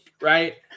right